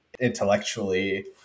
intellectually